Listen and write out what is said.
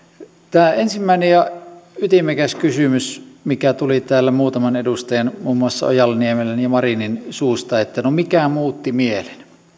tämä ensimmäinen ja ytimekäs kysymys mikä tuli täällä muutaman edustajan muun muassa ojala niemelän ja marinin suusta että no mikä muutti mielen